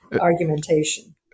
argumentation